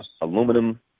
aluminum